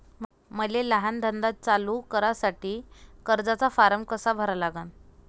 मले लहान धंदा चालू करासाठी कर्जाचा फारम कसा भरा लागन?